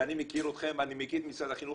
ואני מכיר אתכם ואני מכיר את משרד החינוך